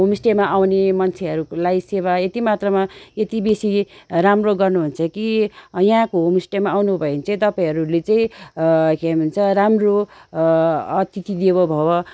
होमस्टेमा आउने मान्छेहरूलाई सेवा यति मात्रामा यति बेसी राम्रो गर्नुहुन्छ कि यहाँको होमस्टेमा आउनुभयो भने चाहिँ तपाईँहरूले चाहिँ के भन्छ राम्रो अतिथि देव भव